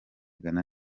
ghana